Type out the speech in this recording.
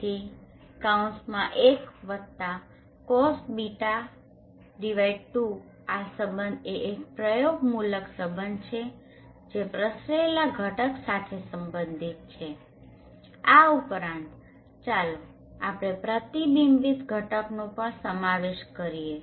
તેથી 1 Cosβ2 આ સંબંધ એ એક પ્રયોગમૂલક સંબંધ છે જે પ્રસરેલા ઘટક સાથે સંબંધિત છે આ ઉપરાંત ચાલો આપણે પ્રતિબિંબિત ઘટકનો પણ સમાવેશ કરીએ